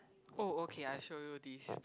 oh okay I show you this